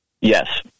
Yes